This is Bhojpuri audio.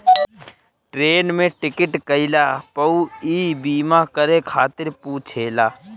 ट्रेन में टिकट कईला पअ इ बीमा करे खातिर पुछेला